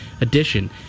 edition